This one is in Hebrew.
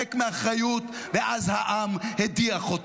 להתחמק מאחריות, ואז העם הדיח אותו.